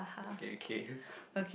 okay okay